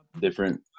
different